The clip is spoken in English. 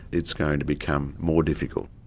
it's going to become more difficult.